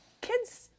Kids